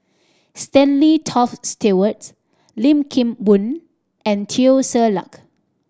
Stanley Toft Stewart Lim Kim Boon and Teo Ser Luck